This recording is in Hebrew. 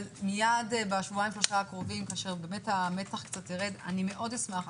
אבל מייד בשבועיים-שלושה הקרובים כאשר המתח קצת ירד אני מאוד אשמח,